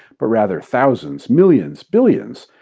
but rather thousands, millions, billions.